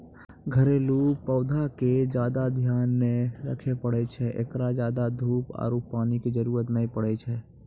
घरेलू पौधा के ज्यादा ध्यान नै रखे पड़ै छै, एकरा ज्यादा धूप आरु पानी के जरुरत नै पड़ै छै